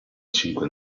cinque